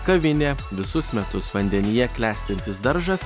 kavinė visus metus vandenyje klestintis daržas